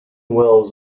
wells